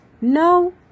no